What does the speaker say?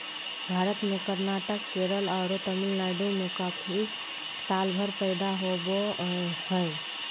भारत में कर्नाटक, केरल आरो तमिलनाडु में कॉफी सालभर पैदा होवअ हई